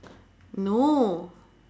no